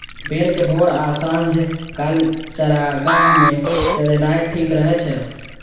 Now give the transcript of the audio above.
भेड़ कें भोर आ सांझ काल चारागाह मे चरेनाय ठीक रहै छै